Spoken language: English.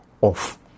off